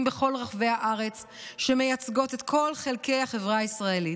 בכל רחבי הארץ שמייצגות את כל חלקי החברה הישראלית.